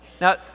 now